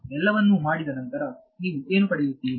ಎಲ್ಲವನ್ನೂ ಮಾಡಿದ ನಂತರ ನೀವು ಏನು ಪಡೆಯುತ್ತೀರಿ